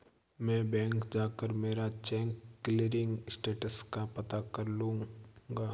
मैं बैंक जाकर मेरा चेक क्लियरिंग स्टेटस का पता कर लूँगा